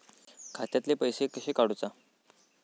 खात्यातले पैसे कशे काडूचा?